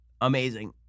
Amazing